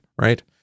right